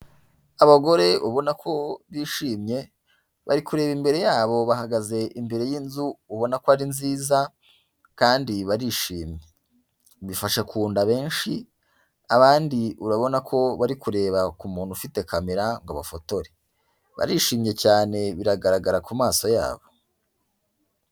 Abagore ubona ko bishimye, bari kureba imbere yabo bahagaze imbere y'inzu ubona ko ari nziza kandi barishimye. Bifasha kunda abenshi, abandi urabona ko bari kureba ku muntu ufite camera ngo abafotore, barishimye cyane biragaragara ku maso yabo.